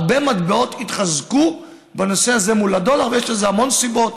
הרבה מטבעות התחזקו בנושא הזה מול הדולר ויש לזה המון סיבות